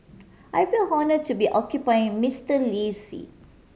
I feel honour to be occupying Mister Lee seat